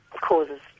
causes